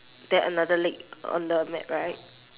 then another leg on the mat right